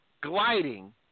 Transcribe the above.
gliding